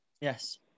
yes